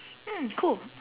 mm cool